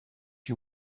you